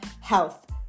health